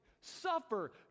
suffer